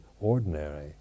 ordinary